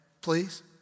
please